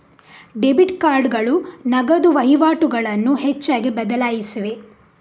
debit ಕಾರ್ಡುಗಳು ನಗದು ವಹಿವಾಟುಗಳನ್ನು ಹೆಚ್ಚಾಗಿ ಬದಲಾಯಿಸಿವೆ